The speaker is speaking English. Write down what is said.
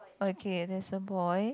okay there's a boy